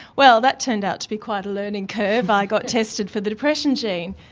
well, that turned out to be quite a learning curve, i got tested for the depression gene,